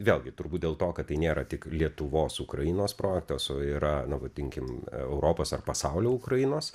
vėlgi turbūt dėl to kad tai nėra tik lietuvos ukrainos projektas o yra na vadinkim europos ar pasaulio ukrainos